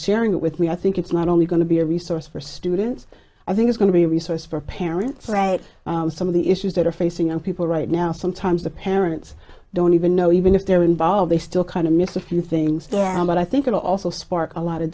serious with me i think it's not only going to be a resource for students i think is going to be a resource for parents right and some of the issues that are facing young people right now sometimes the parents don't even know even if they're involved they still kind of miss a few things but i think it'll also spark a lot of